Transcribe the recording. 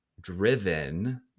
driven